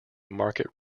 market